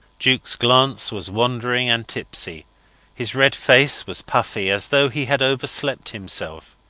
jukes glance was wandering and tipsy his red face was puffy, as though he had overslept himself.